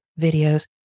videos